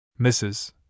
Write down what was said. Mrs